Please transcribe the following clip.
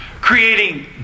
creating